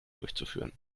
durchzuführen